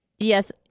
Yes